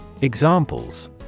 Examples